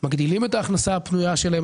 מגדילים את ההכנסה הפנויה שלהם.